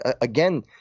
Again